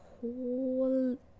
whole